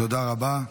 תודה רבה.